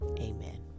amen